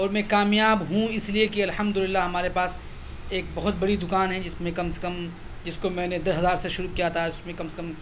اور میں کامیاب ہوں اس لیے کہ الحمداللہ ہمارے پاس ایک بہت بڑی دکان ہے جس میں کم سے کم جس کو میں نے دس ہزار سے شروع کیا تھا اس میں کم سے کم